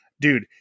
Dude